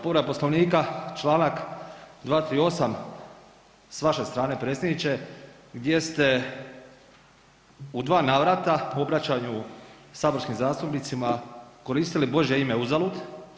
Povreda Poslovnika, Članak 238. s vaše strane predsjedniče gdje ste u dva navrata u obraćanju saborskim zastupnicima koristili Bože ime uzalud.